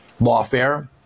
lawfare